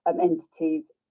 entities